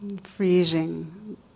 Freezing